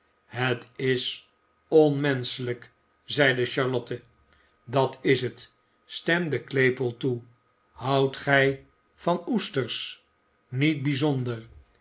het is onmenschelijk zeide charlotte dat is het stemde claypole toe houdt gij van oesters niet bijzonder